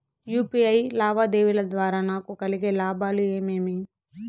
UPI లావాదేవీల ద్వారా నాకు కలిగే లాభాలు ఏమేమీ?